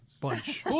Bunch